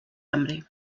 hambre